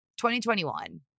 2021